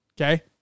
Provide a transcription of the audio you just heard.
okay